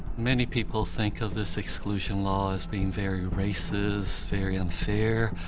many people think of this exclusion law as being very racist, very unfair.